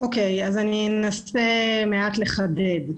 אני אנסה מעט לחדד.